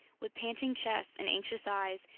with panting chests and anxious eyes,